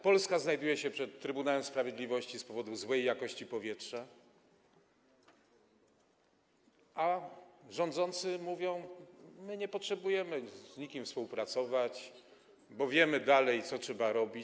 Polska znajduje się przed Trybunałem Sprawiedliwości z powodu złej jakości powietrza, a rządzący mówią: My nie potrzebujemy z nikim współpracować, bo wiemy dalej, co trzeba robić.